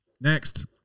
Next